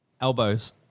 elbows